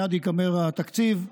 מייד ייגמר התקציב,